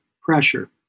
pressure